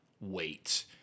wait